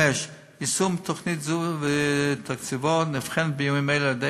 יישום תוכנית זו ותקצובה נבחנים בימים אלה על-ידי